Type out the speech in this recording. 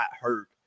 hurt